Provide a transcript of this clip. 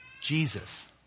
Jesus